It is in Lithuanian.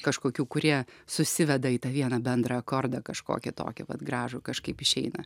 kažkokių kurie susiveda į tą vieną bendrą akordą kažkokį tokį vat gražų kažkaip išeina